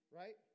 right